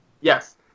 Yes